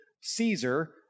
Caesar